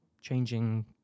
changing